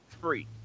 free